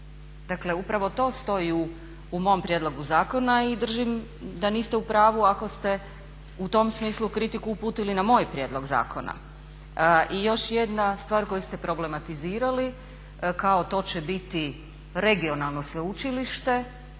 Dakle, upravo to stoji u mom prijedlogu zakona i držim da niste u pravu ako ste u tom smislu kritiku uputili na moj prijedlog zakona. I još jedna stvar koju ste problematizirali kao to će biti regionalno sveučilište.